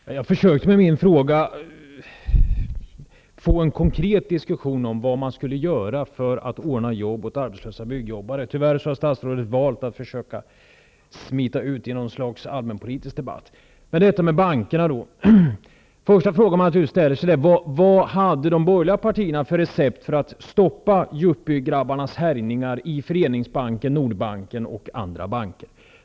Herr talman! Genom att ställa en fråga försökte jag få en konkret diskussion om vad man skulle göra för att ordna jobb åt arbetslösa byggjobbare. Tyvärr har statsrådet valt att försöka smita ut i något slags allmänpolitisk debatt. Beträffande bankerna är den första fråga som man ställer naturligtvis: Vilket recept hade de borgerliga partierna för att stoppa yuppiegrabbarnas härjningar i Föreningsbanken, Nordbanken och andra banker?